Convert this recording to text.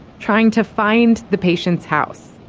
trying to find the patient's house.